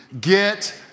Get